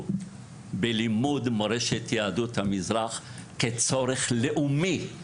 בלימוד מורשת יהדות המזרח כצורך לאומי,